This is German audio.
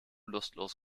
lustlos